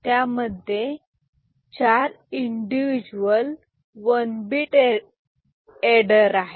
त्यामध्ये चार individual one bit adder आहेत